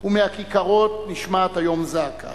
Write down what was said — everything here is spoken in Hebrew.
ומהכיכרות נשמעת היום זעקה,